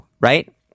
right